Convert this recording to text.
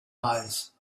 eyes